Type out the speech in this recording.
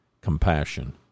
compassion